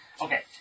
Okay